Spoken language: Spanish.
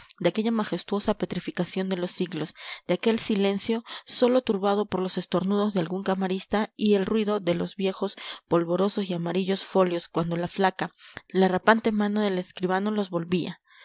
de aquella majestuosa petrificación de los siglos de aquel silencio sólo turbado por los estornudos de algún camarista y el ruido de los viejos polvorosos y amarillos folios cuando la flaca la rapante mano del escribano los volvía